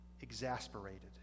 exasperated